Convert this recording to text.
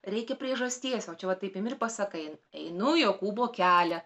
reikia priežasties o čia va taip imi ir pasakai einu jokūbo kelią